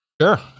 Sure